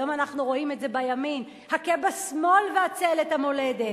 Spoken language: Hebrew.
היום אנחנו רואים את זה בימין: הכה בשמאל והצל את המולדת.